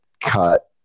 cut